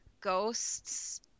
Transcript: ghosts